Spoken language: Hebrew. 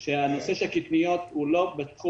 אבוטבול שנושא הקטניות הוא לא בתחום